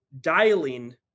dialing